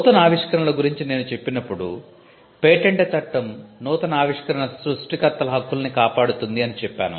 నూతన ఆవిష్కరణల గురించి నేను చెప్పినప్పుడు పేటెంట్ చట్టం నూతన ఆవిష్కరణ సృష్టికర్తల హక్కుల్ని కాపాడుతుంది అని చెప్పాను